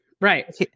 right